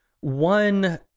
One